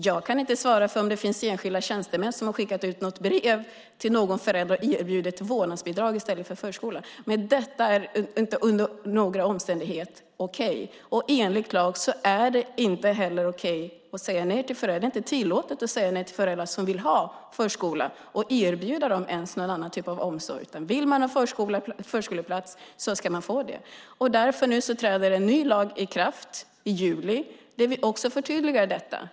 Jag kan inte svara för om det finns enskilda tjänstemän som har skickat ut brev till någon förälder och erbjudit vårdnadsbidrag i stället för förskola, men detta är under inga omständigheter okej. Det är, enligt lag, inte heller okej att säga nej. Det är inte tillåtet att säga nej till föräldrar som vill ha förskola och erbjuda dem någon annan typ av omsorg. Vill man ha förskoleplats ska man få det. Därför träder en ny lag i kraft i juli där vi förtydligar detta.